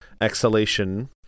exhalation